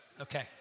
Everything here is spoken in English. Okay